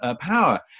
power